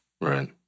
Right